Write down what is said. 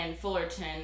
Fullerton